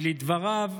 כי לדבריו,